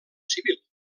civil